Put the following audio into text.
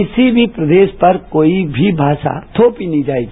किसी भी प्रदेश पर कोई भी भाषा थोपी नहीं जाएगी